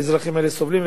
האזרחים האלה סובלים,